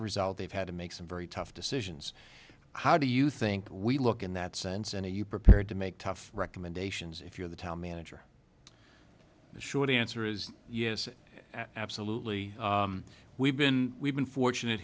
a result they've had to make some very tough decisions how do you think we look in that sense and you prepared to make tough recommendations if you're the town manager the short answer is yes absolutely we've been we've been fortunate